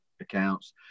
accounts